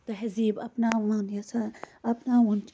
تہذیٖب اَپناوان یَژھان اَپناوُن